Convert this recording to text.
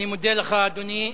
אני מודה לך, אדוני.